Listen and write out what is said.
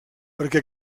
perquè